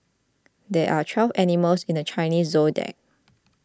there are twelve animals in the Chinese zodiac